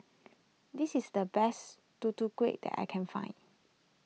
this is the best Tutu Kueh that I can find